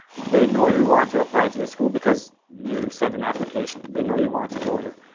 they know you want to apply to this school because you sent an application. they know you want to go here.